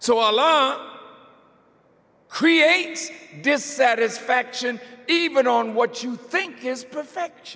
so along creates dissatisfaction even on what you think is perfect